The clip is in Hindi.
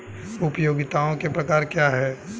उपयोगिताओं के प्रकार क्या हैं?